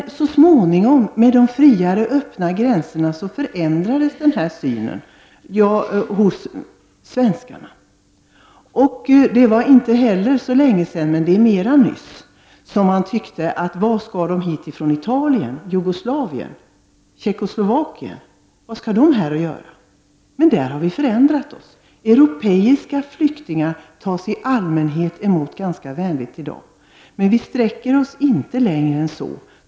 Så småningom, med de friare öppna gränserna, förändrades denna syn hos svenskarna. Det var inte heller så länge sedan — mera nyss — som man tyckte: Vad skall människor från Italien, Jugoslavien och Tjeckoslovakien här att göra? Där har vi ändrat oss. Europeiska flyktingar tas i allmänhet emot ganska vänligt i dag. Men vi sträcker oss inte längre än så.